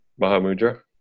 Mahamudra